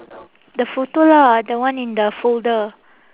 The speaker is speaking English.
the photo lah the one in the folder